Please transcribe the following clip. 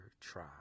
try